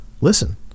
Listen